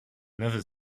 never